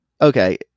Okay